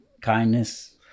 kindness